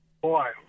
Boy